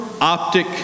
optic